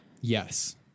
yes